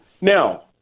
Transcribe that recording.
Now